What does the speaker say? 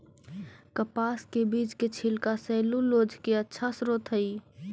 कपास के बीज के छिलका सैलूलोज के अच्छा स्रोत हइ